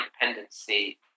dependency